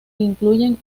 incluyen